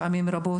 פעמים רבות,